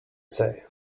say